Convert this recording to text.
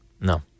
No